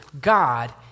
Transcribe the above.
God